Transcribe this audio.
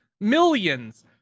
millions